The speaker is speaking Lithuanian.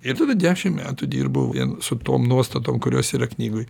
ir tada dešimt metų dirbau vien su tom nuostatom kurios yra knygoj